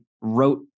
wrote